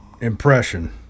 impression